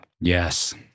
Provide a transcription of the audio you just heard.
Yes